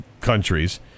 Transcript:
countries